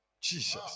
Jesus